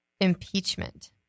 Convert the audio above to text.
impeachment